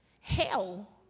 hell